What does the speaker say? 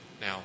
Now